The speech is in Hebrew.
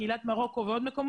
לחולים המאוד מאוד קשים